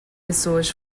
pessoas